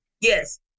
Yes